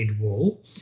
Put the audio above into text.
wall